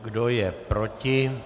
Kdo je proti?